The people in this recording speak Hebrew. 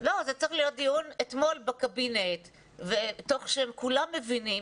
צריך להיות דיון אתמול בקבינט כאשר כולם מבינים